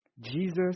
Jesus